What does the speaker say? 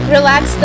Relax